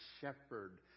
shepherd